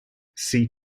see